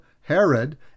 Herod